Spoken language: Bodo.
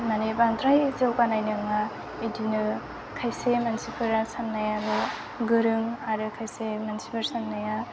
माने बांद्राय जौगानाय नङा इदिनो खायसे मानसिफोरा साननायाबो गोरों आरो खायसे मानसिफोर साननाया